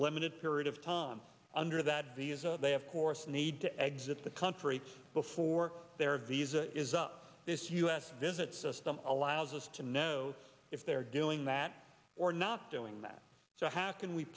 limited period of time under that visa they of course need to exit the country before their visa is up this u s visit system allows us to know if they're doing that or not doing that so how can we